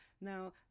Now